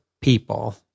people